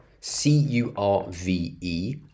C-U-R-V-E